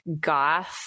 goth